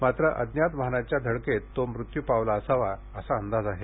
मात्र अज्ञात वाहनाच्या धडकेत तो मृत्यू पावला असावा असा अंदाज आहे